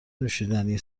نوشیدنی